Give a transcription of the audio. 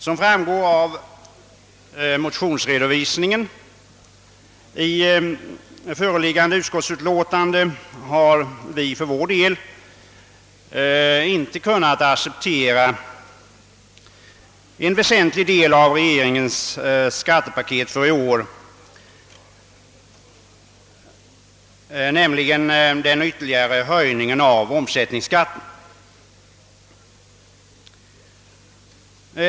Som framgår av motionsredo : visningen i föreliggande utskottsutlå :tande har vi för vår del inte kunnat acceptera den väsentliga del av regeringens skattepaket i år som förslaget om en ytterligare höjning av omsätt "ningsskatten utgör.